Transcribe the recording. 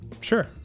sure